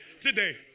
Today